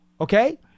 Okay